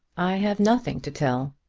i have nothing to tell.